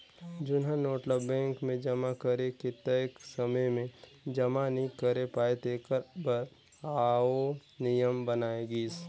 जुनहा नोट ल बेंक मे जमा करे के तय समे में जमा नी करे पाए तेकर बर आउ नियम बनाय गिस